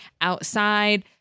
outside